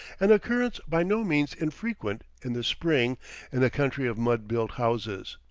an occurrence by no means infrequent in the spring in a country of mud-built houses.